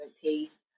piece